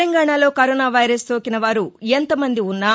తెలంగాణలో corona virus సోకినవారు ఎంత మంది ఉన్నా